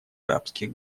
арабских